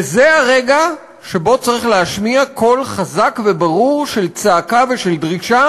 וזה הרגע שבו צריך להשמיע קול חזק וברור של צעקה ושל דרישה